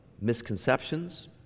misconceptions